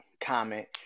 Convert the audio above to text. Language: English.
comment